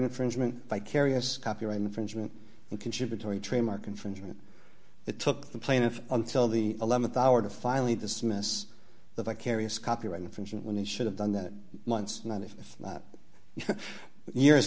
infringement by carious copyright infringement contributory trademark infringement it took the plaintiff until the th hour to finally dismiss the vicarious copyright infringement when they should have done that once not if not years